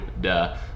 duh